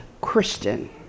Christian